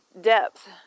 depth